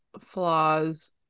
flaws